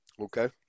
Okay